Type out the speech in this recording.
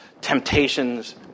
temptations